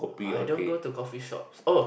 I don't go to coffee shops oh